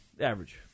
Average